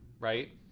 right